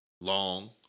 long